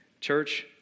Church